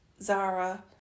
zara